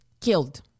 Killed